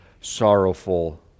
sorrowful